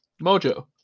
Mojo